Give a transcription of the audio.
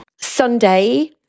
Sunday